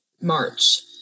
March